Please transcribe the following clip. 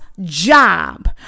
job